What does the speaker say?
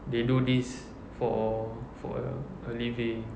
they do this for for a a living